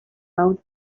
out